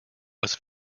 was